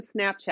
Snapchat